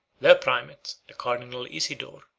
their primate, the cardinal isidore,